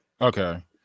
Okay